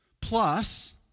plus